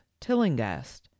tillingast